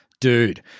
Dude